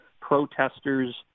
protesters